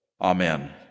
Amen